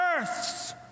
earth's